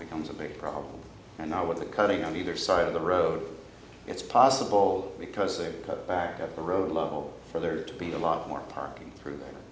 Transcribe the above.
becomes a big problem and i would like cutting on either side of the road it's possible because they cut back on the road level for there to be a lot more parking through th